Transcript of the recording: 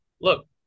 Look